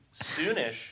soonish